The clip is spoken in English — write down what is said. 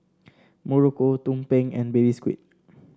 muruku tumpeng and Baby Squid